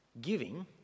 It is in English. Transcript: Giving